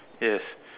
yes